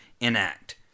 enact